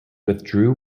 withdrew